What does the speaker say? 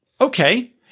okay